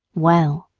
well,